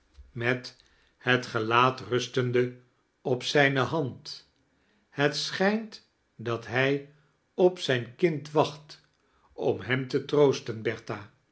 met het gelaat rusten de op zijne hand het schijnt dat hij op zijn kind wachit om hem te troosten